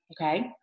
okay